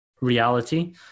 reality